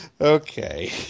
Okay